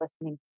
listening